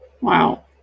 Wow